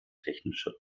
technische